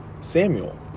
Samuel